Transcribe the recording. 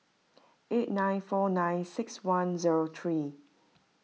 eight nine four nine six one zero three